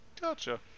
Gotcha